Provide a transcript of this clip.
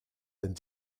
and